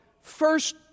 first